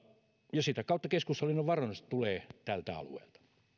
ja sitä kautta keskushallinnon varannoista tulee tältä alueelta